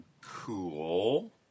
Cool